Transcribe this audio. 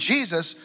Jesus